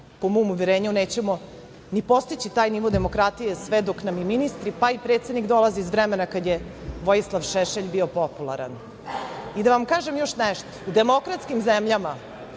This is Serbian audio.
po mom uverenju nećemo ni postići taj nivo demokratije sve dok nam i ministri, pa i predsednik dolaze iz vremena kad je Vojislav Šešelj bio popularan. Da vam kažem još nešto – u demokratskim zemljama